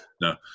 no